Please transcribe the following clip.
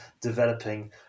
developing